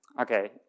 Okay